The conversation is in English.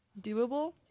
doable